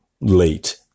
late